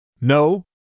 No